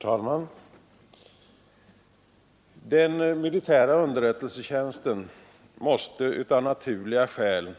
Herr talman! Den militära underrättelsetjänsten måste av naturliga skäl